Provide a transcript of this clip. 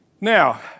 Now